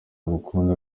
agukunda